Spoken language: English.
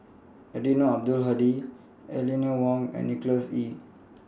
Eddino Abdul Hadi Eleanor Wong and Nicholas Ee